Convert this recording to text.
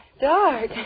dark